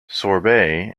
sorbet